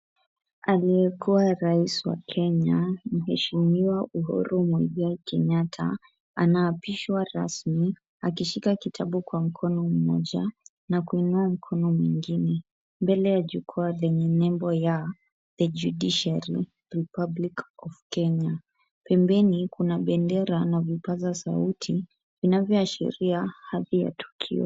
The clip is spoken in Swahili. Aliyekuwa rais wa Kenya, Mheshimiwa Uhuru Mwigai Kenyatta, anaapishwa rasmi, akishika kitabu kwa mkono mmoja na kuinua mkono mwingine. Mbele ya jukwaa lenye nembo ya The Judiciary Republic of Kenya. Pembeni kuna bendera na vipaza sauti vinavyoashiria hadhi ya tukio.